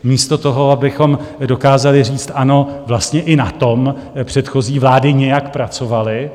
Místo toho, abychom dokázali říct ano, vlastně i na tom předchozí vlády nějak pracovaly.